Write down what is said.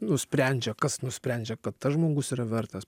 nusprendžia kas nusprendžia kad tas žmogus yra vertas